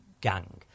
gang